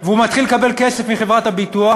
והוא מתחיל לקבל כסף מחברת הביטוח,